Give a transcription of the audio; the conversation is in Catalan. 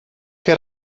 que